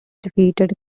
defeated